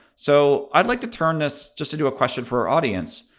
so i'd like to turn this just to do a question for our audience.